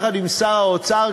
יחד עם שר האוצר,